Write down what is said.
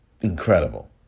incredible